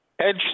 Edge